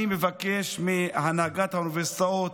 אני מבקש מהנהגת האוניברסיטאות,